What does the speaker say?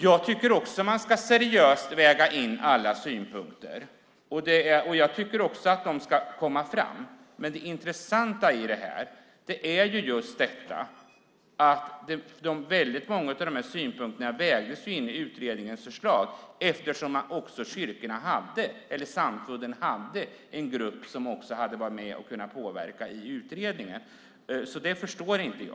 Jag tycker också att man seriöst ska väga in alla synpunkter och att de ska komma fram. Men det intressanta i det här är just detta att väldigt många av dessa synpunkter vägdes in i utredningens förslag eftersom samfunden hade en grupp som hade kunnat påverka i utredningen. Jag förstår inte det.